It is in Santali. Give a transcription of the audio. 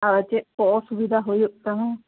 ᱟᱨ ᱪᱮᱫ ᱠᱚ ᱚᱥᱩᱵᱤᱫᱷᱟ ᱦᱳᱭᱳᱜ ᱠᱟᱱᱟ